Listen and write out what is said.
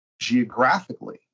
geographically